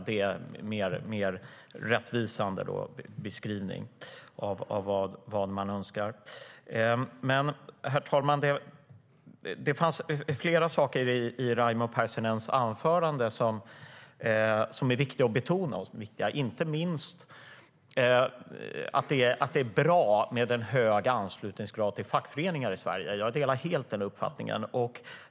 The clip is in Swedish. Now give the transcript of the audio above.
Det vore en mer rättvisande beskrivning av vad de önskar. Flera saker i Raimo Pärssinens anförande är viktiga att betona, inte minst att det är bra med hög anslutningsgrad till fackföreningar i Sverige. Jag delar helt den uppfattningen.